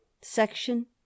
Section